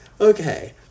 okay